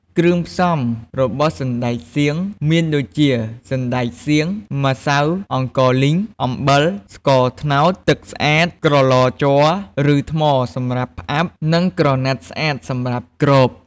គ្រឿងផ្សំរបស់សណ្តែកសៀងមានដូចជា សណ្ដែកសៀង ម្សៅអង្ករលីង អំបិល ស្ករត្នោត ទឹកស្អាត ក្រឡជ័រ ឬ ថ្មសម្រាប់ផ្អាប់ និង ក្រណាត់ស្អាតសម្រាប់គ្រប។